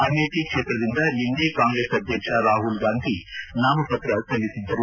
ಅಮೇಥಿ ಕ್ಷೇತ್ರದಿಂದ ನಿನ್ನೆ ಕಾಂಗ್ರೆಸ್ ಅಧ್ವಕ್ಷ ರಾಪುಲ್ ಗಾಂಧಿ ನಾಮಪತ್ರ ಸಲ್ಲಿಸಿದ್ದರು